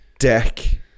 deck